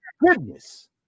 goodness